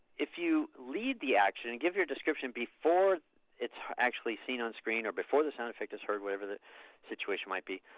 if you lead the action and give your description before it's actually seen on screen or before the sound effect is heard or whatever the situation might be,